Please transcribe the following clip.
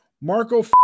Marco